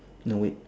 no wait